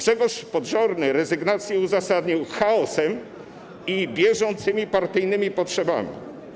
Grzegorz Podżorny rezygnację uzasadnił chaosem i bieżącymi partyjnymi potrzebami.